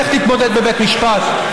לך תתמודד בבית משפט.